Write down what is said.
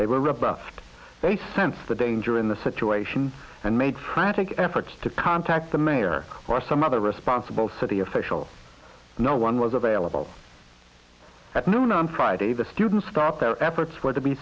rebuffed they sense the danger in the situation and made frantic efforts to contact the mayor or some other responsible city official no one was available at noon on friday the students start their efforts were to be